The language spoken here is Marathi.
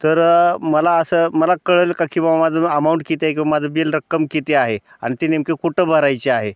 तर मला असं मला कळेल का की बा माझं अमाऊंट किती किंवा माझं बिल रक्कम किती आहे आणि ती नेमकी कुठं भरायची आहे